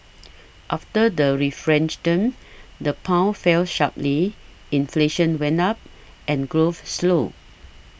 after the referendum the pound fell sharply inflation went up and growth slowed